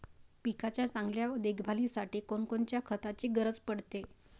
पिकाच्या चांगल्या देखभालीसाठी कोनकोनच्या खताची गरज पडते?